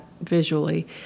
visually